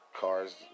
Cars